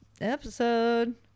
episode